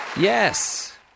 Yes